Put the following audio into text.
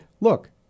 look